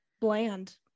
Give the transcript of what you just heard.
bland